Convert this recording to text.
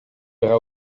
aura